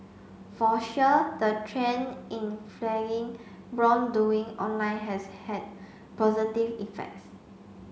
for sure the trend in flagging wrongdoing online has had positive effects